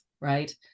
right